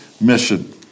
mission